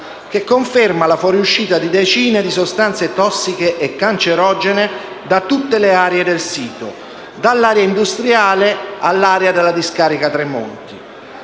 che conferma la fuoriuscita di decine di sostanze tossiche e cancerogene da tutte le aree del sito, dall'area industriale alla discarica Tremonti.